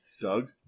Doug